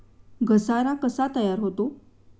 घसारा कसा तयार होतो?